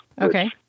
Okay